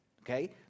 Okay